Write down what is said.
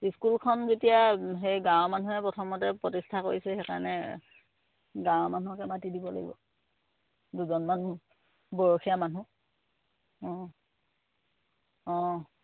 স্কুলখন যেতিয়া সেই গাঁৱৰ মানুহে প্ৰথমে প্ৰতিষ্ঠা কৰিছে সেইকাৰণে গাঁৱৰ মানুহকে মাতি দিব লাগিব দুজনমান বয়সিয়াল মানুহ অঁ অঁ